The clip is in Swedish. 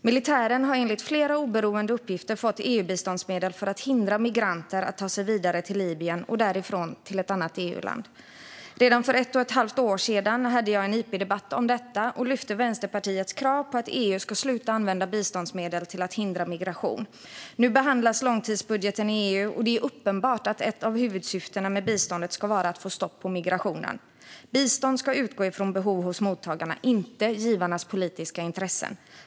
Militären har enligt flera oberoende uppgifter fått EU-biståndsmedel för att hindra migranter att ta sig vidare till Libyen och därifrån till ett EU-land. Redan för ett och ett halvt år sedan deltog jag i en interpellationsdebatt om detta och lyfte upp Vänsterpartiets krav på att EU ska sluta att använda biståndsmedel till att hindra migration. Nu behandlas långtidsbudgeten i EU, och det är uppenbart att ett av huvudsyftena med biståndet ska vara att få stopp på migrationen. Bistånd ska utgå från behov hos mottagarna, inte givarnas politiska intressen.